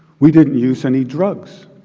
we didn't use any drugs.